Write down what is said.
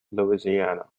louisiana